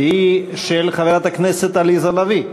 והיא של חברת הכנסת עליזה לביא.